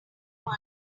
hear